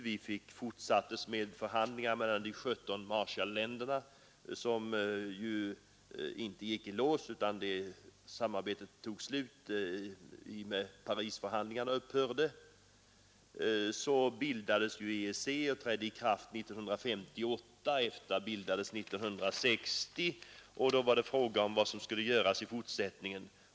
Vi fortsatte med förhandlingar mellan de 17 Marshalländerna, vilka ju inte gick i lås, utan när samarbetet tog slut i och med att Parisförhandlingarna upphörde, bildades EEC och trädde i kraft 1958, och EFTA bildades 1960. Då var frågan vad som skulle göras i fortsättningen.